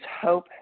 hope